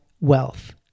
wealth